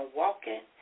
walking